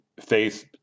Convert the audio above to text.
faith